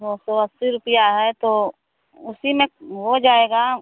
दो सौ अस्सी रुपिया है तो उसी में हो जाएगा